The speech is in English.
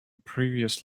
previous